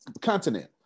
continent